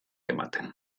ematen